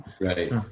Right